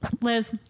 Liz